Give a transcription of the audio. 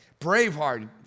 braveheart